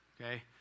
Okay